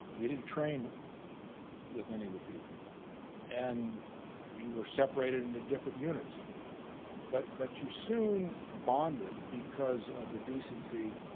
you didn't train with any of the people and we were separated into different units but but you soon bonded because of the decency